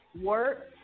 work